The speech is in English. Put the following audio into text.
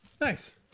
Nice